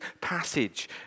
passage